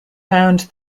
found